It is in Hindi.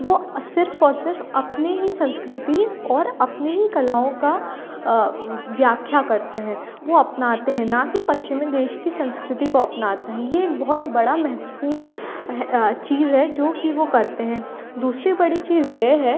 वो सिर्फ़ और सिर्फ़ अपने ही संस्कृति और अपनी ही कलाओं की व्याख्या करते हैं वो अपनाते हैं ना कि पश्चिमी देश की संस्कृति को अपनाते हैं ये एक बहुत बड़ी महत्वपूर्ण चीज़ है जो कि वो करते हैं दूसरी बड़ी चीज़ ये है